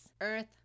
earth